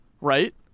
right